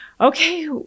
okay